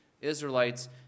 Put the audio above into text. Israelites